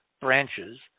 branches